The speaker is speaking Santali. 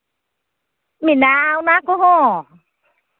ᱢᱮᱱᱟᱜᱼᱟ ᱚᱱᱟ ᱠᱚᱦᱚᱸ